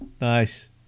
Nice